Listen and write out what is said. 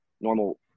normal